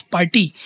Party